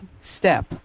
step